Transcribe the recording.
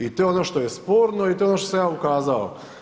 I to je ono što je sporno i to je ono što sam ja ukazao.